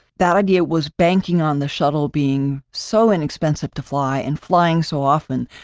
that idea was banking on the shuttle being so inexpensive to fly and flying so often,